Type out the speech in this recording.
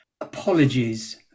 apologies